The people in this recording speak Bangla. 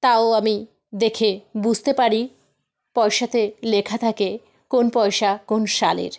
তাও আমি দেখে বুঝতে পারি পয়সাতে লেখা থাকে কোন পয়সা কোন সালের